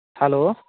hello